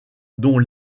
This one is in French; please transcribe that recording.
dont